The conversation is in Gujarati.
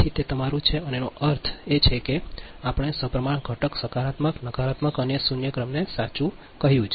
તેથી તે તમારું છે તેનો અર્થ એ છે કે આપણે સપ્રમાણ ઘટક સકારાત્મક નકારાત્મક અને શૂન્ય ક્રમને સાચું કહ્યું છે